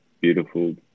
beautiful